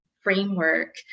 framework